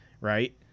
right